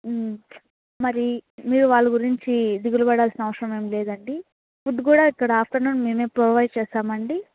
మరి మీరు వాళ్ళ గురించి దిగులు పడాల్సిన అవసరం ఏం లేదండి ఫుడ్ కూడా ఇక్కడ ఆఫ్టర్నూన్ మేమే ప్రొవైడ్ చేశామండి